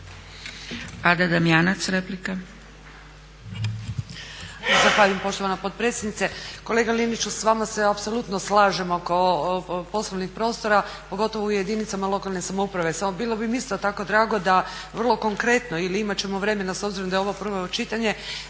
Ada Damjanac replika.